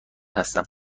هستم